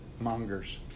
Monger's